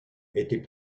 était